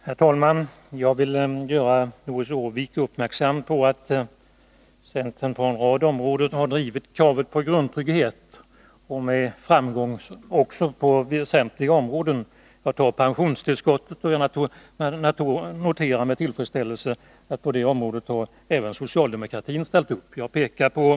Herr talman! Jag vill göra Doris Håvik uppmärksam på att centern på en rad områden har drivit kravet på grundtrygghet. På väsentliga områden har vi också vunnit framgång. Vi kan som exempel ta pensionstillskotten. Jag noterar med tillfredsställelse att även socialdemokratin ställt upp när det gällt just denna fråga.